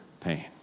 pain